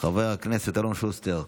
חבר הכנסת אלון שוסטר,